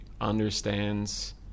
understands